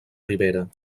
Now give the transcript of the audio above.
rivera